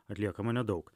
atliekama nedaug